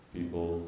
People